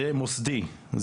זה מוסדי.